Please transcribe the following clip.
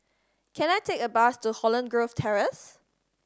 can I take a bus to Holland Grove Terrace